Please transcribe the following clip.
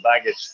baggage